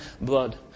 blood